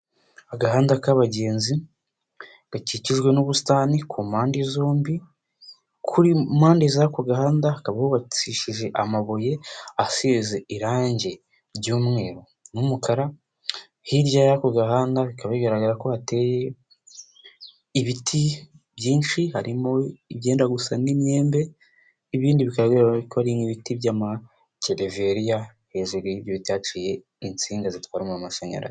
Agahandada k'abagenzi, gakikijwe n'ubusitani ku mpande zombi, kuri impande z'ako gahanda hakaba hubakishije amabuye asize irangi ry'umweru n'umukara, hirya y'ako gahanda bikaba bigaragara ko hateye ibiti byinshi, harimo ibyenda gusa n'imyembe, ibindi bikaba ko ari nk'ibiti by'amagereveriya, hejuru y'ibyo haciye insinga zitwararwa mashanyarazi.